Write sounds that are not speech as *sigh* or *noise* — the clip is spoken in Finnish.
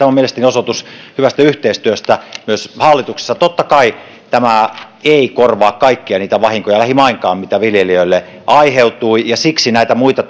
tämä on mielestäni osoitus hyvästä yhteistyöstä myös hallituksessa totta kai tämä ei korvaa kaikkia niitä vahinkoja lähimainkaan mitä viljelijöille aiheutuu ja siksi näitä muita *unintelligible*